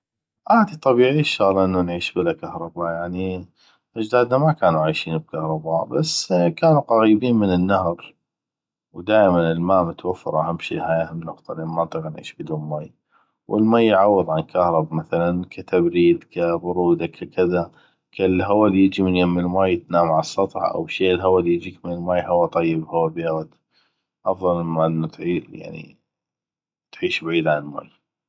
عادي طبيعي الشغله انو نعيش بلى كهرباء يعني اجدادنا ما كانو عيشين بكهرباء بس كانو قغيبين من النهر والماء متوفر هاي اهم شي اهم نقطه لان ما نطيق نعيش بدون مي والمي يعوض عن كهرب مثلا ك تبريد ك بروده ككذا كالهوا اللي يجي من يم المي تنام عالسطح او شي الهوا اللي يجيك من المي هوا طيب هوا بيغد افضل من ما تعيش بعيد عن المي